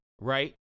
Right